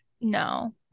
no